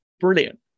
brilliant